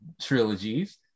trilogies